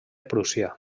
prússia